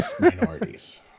minorities